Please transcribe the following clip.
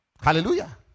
Hallelujah